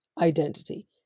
identity